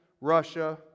Russia